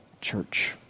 church